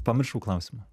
pamiršau klausimą